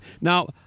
now